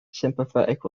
sympathetic